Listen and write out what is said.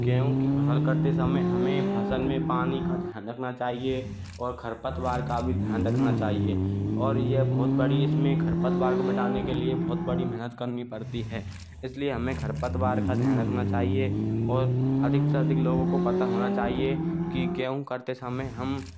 गेहूं की फसल कटते समय हमें फसल में पानी का ध्यान रखना चाहिए और खरपतवार का भी ध्यान रखना चाहिए और यह बहुत बड़ी इसमें खरपतवार को मिटाने के लिए बहुत बड़ी मेहनत करनी पड़ती है इसलिए हमें खरपतवार का ध्यान रखना चाहिए और अधिक से अधिक लोगों को पता होना चाहिए कि गेहूं कटते समय हम